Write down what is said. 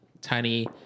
tiny